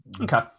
Okay